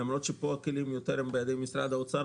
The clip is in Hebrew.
למרות שפה הכלים הם יותר בידי משרד האוצר,